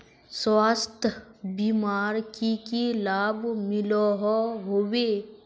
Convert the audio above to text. स्वास्थ्य बीमार की की लाभ मिलोहो होबे?